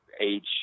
age